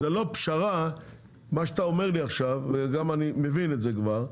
זו לא פשרה מה שאתה אומר לי עכשיו ואני גם מבין את זה כבר.